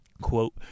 Quote